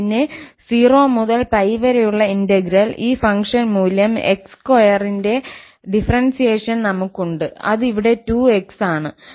പിന്നെ 0 മുതൽ 𝜋 വരെയുള്ള ഇന്റഗ്രൽ ഈ ഫംഗ്ഷൻ മൂല്യം 𝑥2 ന്റെ ഡിഫറെൻസിയേഷൻ നമ്മൾക്കുണ്ട് അത് ഇവിടെ 2𝑥 ആണ്